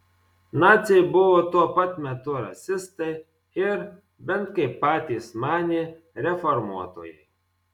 naciai buvo tuo pat metu rasistai ir bent kaip patys manė reformuotojai